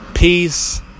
Peace